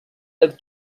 look